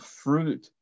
fruit